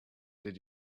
did